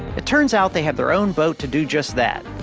it turns out, they have their own boat to do just that.